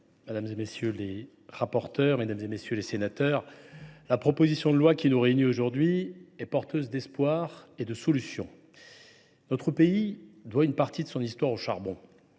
madame, monsieur les rapporteurs, mesdames, messieurs les sénateurs, la proposition de loi qui nous réunit aujourd’hui est porteuse d’espoir et de solutions. Notre pays doit une partie de son histoire au charbon.